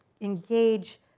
engage